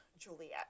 juliet